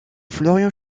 florent